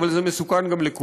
אבל זה מסוכן גם לכולנו.